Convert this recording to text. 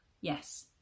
yes